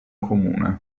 comune